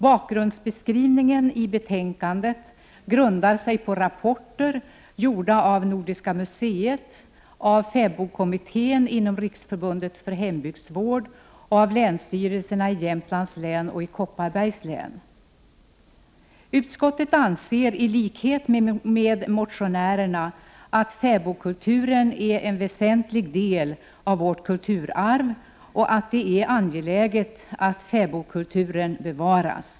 Bakgrundsbeskrivningen i betänkandet grundar sig på rapporter gjorda av Nordiska museet, av fäbodkommittén inom Riksförbundet för hembygdsvård och av länsstyrelserna i Jämtlands län och i Kopparbergs län. Utskottet anser i likhet med motionärerna att fäbodkulturen är en väsentlig del av vårt kulturarv och att det är angeläget att fäbodkulturen bevaras.